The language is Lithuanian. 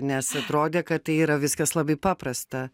nes atrodė kad tai yra viskas labai paprasta